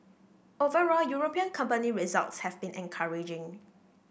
overall European company results have been encouraging